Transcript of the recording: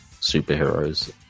superheroes